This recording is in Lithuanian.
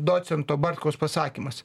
docento bartkaus pasakymas